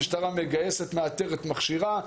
המשטרה מגייסת, מאתרת, מכשירה.